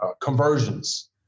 conversions